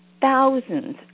thousands